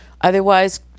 Otherwise